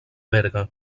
berga